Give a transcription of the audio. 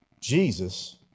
Jesus